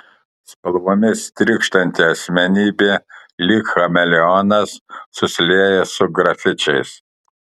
spalvomis trykštanti asmenybė lyg chameleonas susilieja su grafičiais